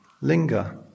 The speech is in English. linger